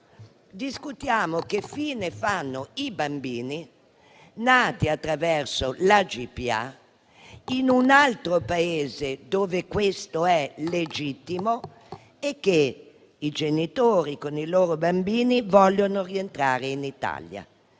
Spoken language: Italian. discutiamo di che fine fanno i bambini, nati attraverso la GPA in un altro Paese dove questo è legittimo, quando i genitori vogliono rientrare in Italia